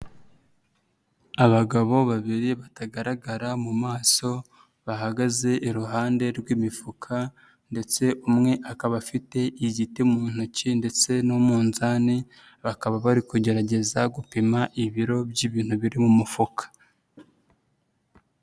Abagabo babiri batagaragara mu maso bahagaze iruhande rw'imifuka ndetse umwe akaba afite igiti mu ntoki ndetse n'umunzani bakaba bari kugerageza gupima ibiro by'ibintu biri mu mufuka.